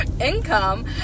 income